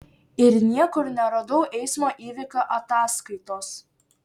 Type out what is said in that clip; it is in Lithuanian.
ir niekur neradau eismo įvykio ataskaitos